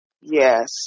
Yes